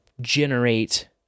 generate